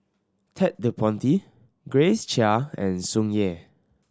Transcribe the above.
Ted De Ponti Grace Chia and Tsung Yeh